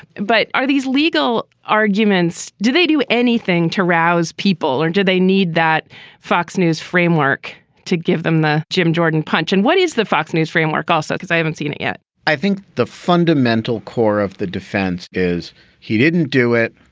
but are these legal arguments? did they do anything to arouse people or do they need that fox news framework to give them the jim jordan punch? and what is the fox news framework also? because i haven't seen it yet i think the fundamental core of the defense is he didn't do it.